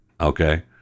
okay